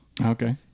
Okay